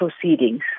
proceedings